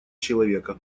человека